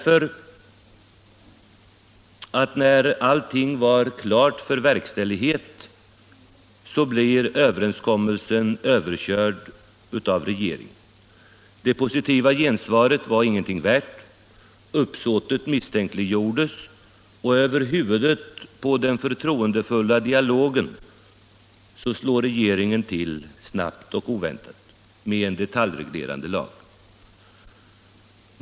För när allting var klart för verkställighet blev överenskommelsen överkörd av regeringen. Det positiva gensvaret var ingenting värt, uppsåtet misstänkliggjordes, och över huvudet på den förtroendefulla dialogen slog regeringen till snabbt och oväntat med en detaljreglerande lag.